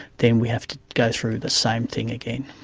then we have to go through the same thing again.